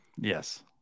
Yes